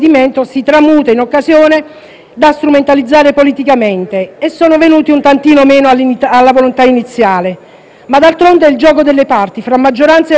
da strumentalizzare politicamente e sono venuti un tantino meno alla volontà iniziale. Ma d'altronde è il gioco delle parti fra maggioranza e opposizione, quindi ne prendiamo atto.